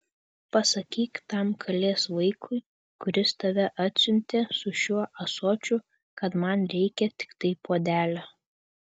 pasakyk tam kalės vaikui kuris tave atsiuntė su šiuo ąsočiu kad man reikia tiktai puodelio